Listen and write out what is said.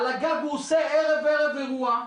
על גג הוא עושה ערב ערב אירוע,